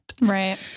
right